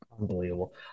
Unbelievable